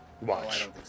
Watch